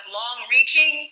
long-reaching